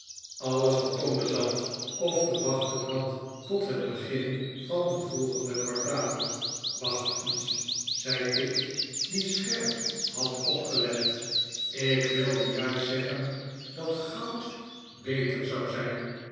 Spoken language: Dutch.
alles wat tom bezat of te wachten had tot het begin van het volgende kwartaal wacht eens zei tigg die scherp had opgelet ik wilde juist zeggen dat goud beter zou zijn